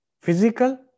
physical